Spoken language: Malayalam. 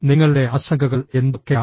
നിങ്ങളുടെ ആശങ്കകൾ എന്തൊക്കെയാണ്